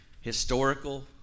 historical